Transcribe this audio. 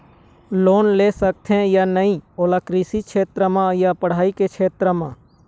Loan ले सकथे या नहीं ओला कृषि क्षेत्र मा या पढ़ई के क्षेत्र मा?